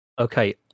Okay